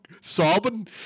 sobbing